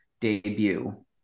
debut